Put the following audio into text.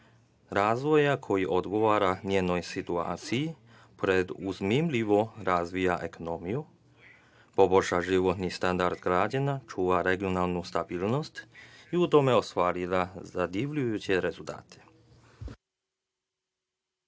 razvoja koji odgovara njenoj situaciji, preduzimljivo razvija ekonomiju, poboljšava životni standard građana, čuva regionalnu stabilnost i u tome ostvaruje zadivljujuće rezultate.